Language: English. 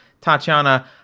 Tatiana